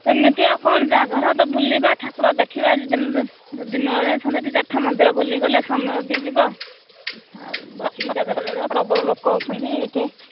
ଏମିତି ଆଉ କ'ଣ ଜାଗର ତ ବୁଲିବା ଠାକୁର ଦେଖିବା ଦିନ ବେଳେ ଯାଇ ଦି ଚାରିଥର ମନ୍ଦିର ବୁଲିଗଲେ ସମୟ ବି ଯିବ ଆଉ ବସିକି ଜାଗର ଜାଳିବା ପ୍ରବଳ ଲୋକ ହେଉଛନ୍ତି ଏହିଠି